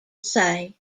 say